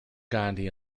gandhi